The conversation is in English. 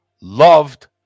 loved